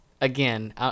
again